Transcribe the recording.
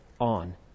on